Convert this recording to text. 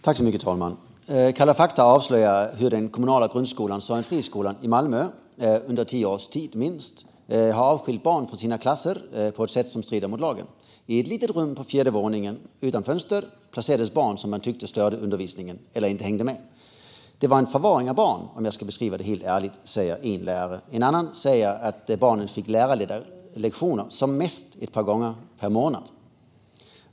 Fru talman! Kalla fakta har avslöjat hur den kommunala grundskolan Sorgenfriskolan i Malmö under minst tio års tid har avskilt barn från deras klasser på ett sätt som strider mot lagen. I ett litet rum på fjärde våningen, utan fönster, placerades barn som man tyckte störde undervisningen eller inte hängde med. "Det var förvaring av barn, om jag ska beskriva det helt ärligt", säger en lärare. En annan säger att dessa barn fick lärarledda lektioner som mest ett par gånger per månad.